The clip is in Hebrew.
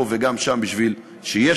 גם פה וגם שם,